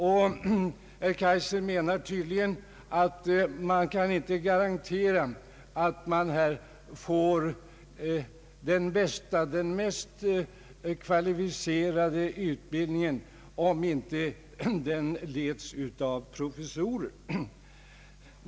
Herr Kaijser menar tydligen att man inte kan garantera den bästa och mest kvalificerade utbildningen, om den inte leds av professorer.